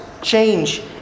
change